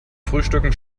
frühstücken